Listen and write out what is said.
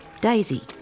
Daisy